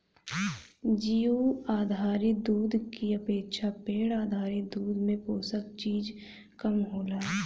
जीउ आधारित दूध की अपेक्षा पेड़ आधारित दूध में पोषक चीज कम होला